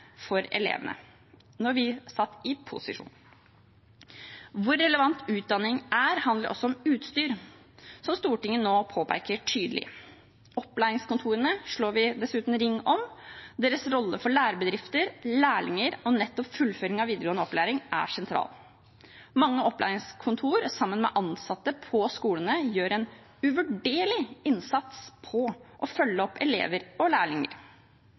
for elevene, også da vi satt i posisjon. Hvor relevant utdanning er, handler også om utstyr – som Stortinget nå påpeker tydelig. Opplæringskontorene slår vi dessuten ring om. Deres rolle for lærebedrifter, lærlinger og nettopp fullføring av videregående opplæring er sentral. Mange opplæringskontor sammen med ansatte på skolene gjør en uvurderlig innsats for å følge opp elever og lærlinger.